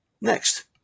Next